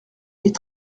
est